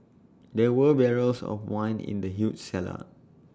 there were barrels of wine in the huge cellar